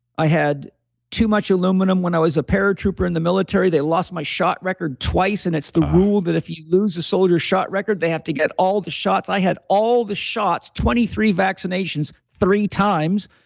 i had too much aluminum when i was a paratrooper in the military. they lost my shot record twice. and it's the rule that if you lose a soldier shot record, they have to get all the shots. so i had all the shots, twenty three vaccinations three times.